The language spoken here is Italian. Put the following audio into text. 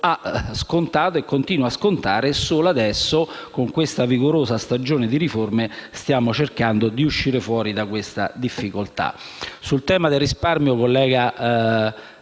ha scontato e continua a scontare. E solo adesso con la vigorosa stagione di riforme stiamo cercando di uscire da questa difficoltà. Sul tema del risparmio vorrei